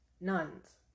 nuns